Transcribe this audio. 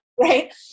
right